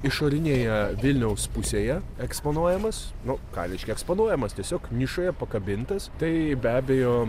išorinėje vilniaus pusėje eksponuojamas nu ką reiškia eksponuojamas tiesiog nišoje pakabintas tai be abejo